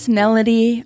melody